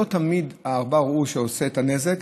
לא תמיד העכבר הוא שעושה את הנזק,